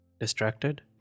Distracted